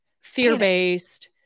fear-based